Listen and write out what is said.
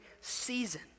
season